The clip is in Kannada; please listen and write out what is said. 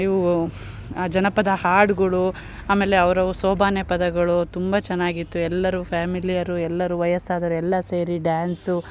ಇವು ಜನಪದ ಹಾಡುಗಳು ಆಮೇಲೆ ಅವರು ಶೋಭಾನೆ ಪದಗಳು ತುಂಬ ಚೆನ್ನಾಗಿತ್ತು ಎಲ್ಲರು ಫ್ಯಾಮಿಲಿಯರು ಎಲ್ಲರು ವಯಸ್ಸಾದೋರು ಎಲ್ಲ ಸೇರಿ ಡ್ಯಾನ್ಸು